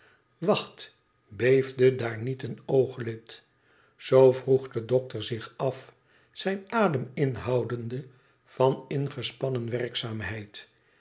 wacht beefde daar niet een ooglid i zoo vroeg de dokter zich af zijn adem inhoudende van ingespannen werkzaamheid